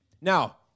Now